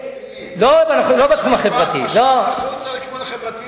בית-המשפט משך החוצה לכיוון החברתי בכלל.